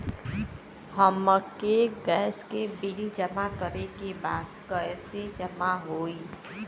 हमके गैस के बिल जमा करे के बा कैसे जमा होई?